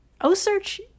Osearch